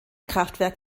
kraftwerk